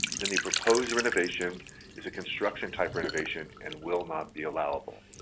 then the proposed renovation is a construction type renovation and will not be allowable.